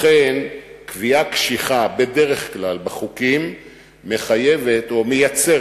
לכן קביעה קשיחה בדרך כלל בחוקים מחייבת או מייצרת,